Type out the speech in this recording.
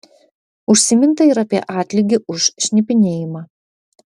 užsiminta ir apie atlygį už šnipinėjimą